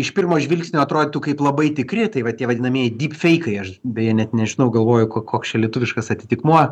iš pirmo žvilgsnio atrodytų kaip labai tikri tai va tie vadinamieji dyp feikai aš beje net nežinau galvoju ko koks čia lietuviškas atitikmuo